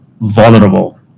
vulnerable